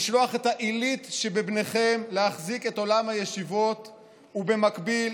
לשלוח את העילית שבבניכם להחזיק את עולם הישיבות ובמקביל,